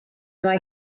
mae